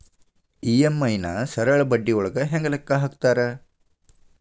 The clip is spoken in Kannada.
ಇ.ಎಂ.ಐ ನ ಸರಳ ಬಡ್ಡಿಯೊಳಗ ಹೆಂಗ ಲೆಕ್ಕ ಹಾಕತಾರಾ